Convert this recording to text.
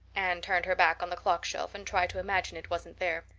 anne turned her back on the clock shelf and tried to imagine it wasn't there.